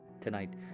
Tonight